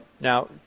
Now